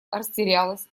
растерялась